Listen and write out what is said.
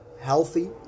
healthy